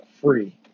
free